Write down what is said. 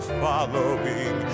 following